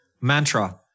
Mantra